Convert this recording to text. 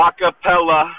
Acapella